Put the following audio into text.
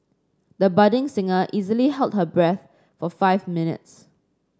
the budding singer easily held her breath for five minutes